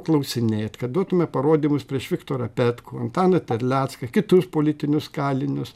klausinėt kad duotume parodymus prieš viktorą petkų antaną terlecką kitus politinius kalinius